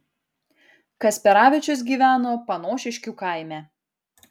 kasperavičius gyveno panošiškių kaime